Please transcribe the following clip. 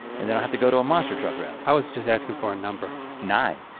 and then i'll have to go to a monster truck rally. i was just asking for a number? nine.